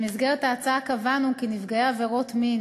במסגרת ההצעה קבענו כי נפגעי עבירות מין